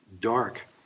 dark